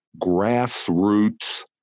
grassroots